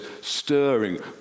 stirring